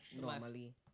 Normally